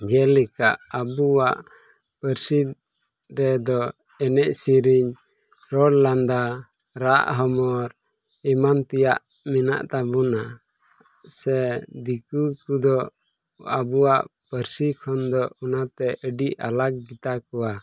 ᱡᱮᱞᱮᱠᱟ ᱟᱵᱚᱣᱟᱜ ᱯᱟᱹᱨᱥᱤ ᱨᱮᱫᱚ ᱮᱱᱮᱡ ᱥᱮᱨᱮᱧ ᱨᱚᱲ ᱞᱟᱸᱫᱟ ᱨᱟᱜ ᱦᱚᱢᱚᱨ ᱮᱢᱟᱱ ᱛᱮᱭᱟᱜ ᱢᱮᱱᱟᱜ ᱛᱟᱵᱚᱱᱟ ᱥᱮ ᱫᱤᱠᱩ ᱠᱚᱫᱚ ᱟᱵᱚᱣᱟᱜ ᱯᱟᱹᱨᱥᱤ ᱠᱷᱚᱱ ᱫᱚ ᱚᱱᱟᱛᱮ ᱟᱹᱰᱤ ᱟᱞᱟᱜᱽ ᱜᱮᱛᱟ ᱠᱚᱣᱟ